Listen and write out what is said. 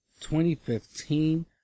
2015